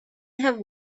have